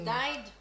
died